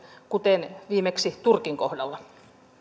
kuten viimeksi turkin kohdalla